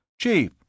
Chief